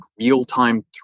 real-time